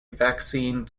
vaccine